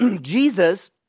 Jesus